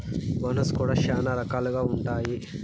bonus కూడా శ్యానా రకాలుగా ఉంటాయి